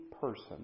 person